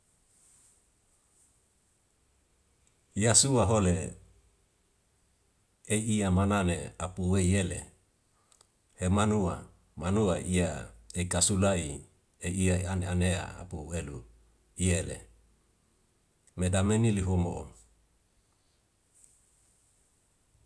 Yasua hole ei yamana le apue yele emanua, manua iya eka sulai ei iya an anea apu elu iya le meta meni lihomo.